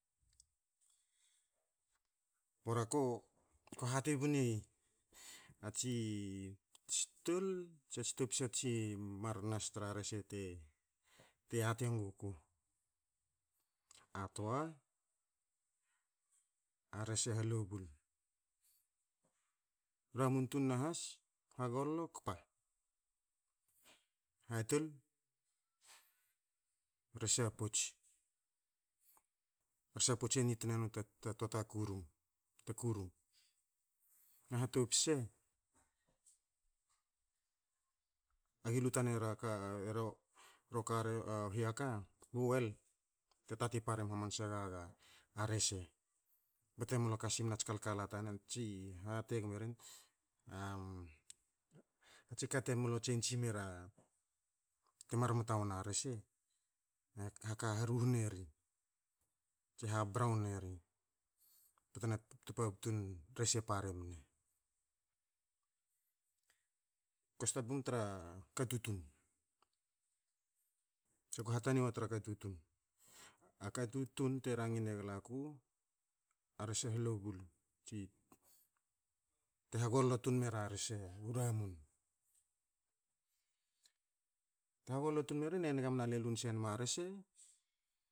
Bora, ako- ko hati ku negu a tsi tol tsa topsa tsi mar nas te mar nas mera rese te- te yate nuguku. A toa, a rese ha lobul. Ramun tun na has, hagollo kapa. Hatol, rese a pots. Rese a pots a nit ne ta toa ta kurum ta kurum. Na hatopsa, age lu tane ra ka, ero ka u hiaka, u oil, e tatin parem hamanse gaga a rese, bate mlo kasi menu ats kal- kala tanen tsi a ha te gom eren, a tsi ka te mlo tsensi mer a te mar mta wona rese, e haka ha ruhne ri tse ha braun eri, bte na tpabtun rese parem ne. Kue stat bum tra ka tutun, tsa ko hatani wa tra ka tutun. A ka tutun te rangi ne gula a ku, a rese ha lobul, tsi te hagollo tun mera rese u ramun tun. Te ha gollo tun merin e niga mena le tun se nom a rese